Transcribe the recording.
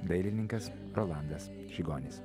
dailininkas rolandas žigonis